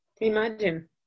Imagine